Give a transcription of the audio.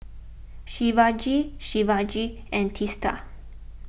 Shivaji Shivaji and Teesta